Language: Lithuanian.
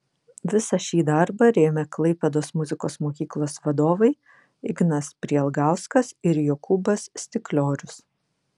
visą šį darbą rėmė klaipėdos muzikos mokyklos vadovai ignas prielgauskas ir jokūbas stikliorius